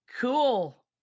Cool